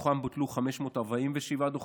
ומתוכם בוטלו 547 דוחות,